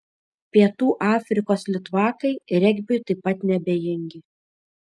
pietų afrikos litvakai regbiui taip pat neabejingi